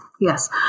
yes